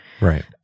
right